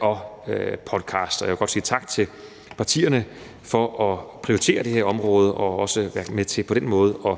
og podcast, og jeg vil godt sige tak til partierne for at prioritere det her område og på den måde også være med til